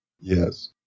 Yes